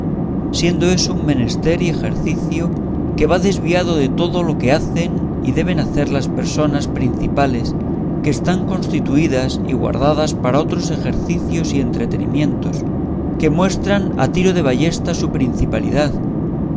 siendo eso un menester y ejercicio que va desviado de todo lo que hacen y deben hacer las personas principales que están constituidas y guardadas para otros ejercicios y entretenimientos que muestran a tiro de ballesta su principalidad